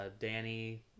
Danny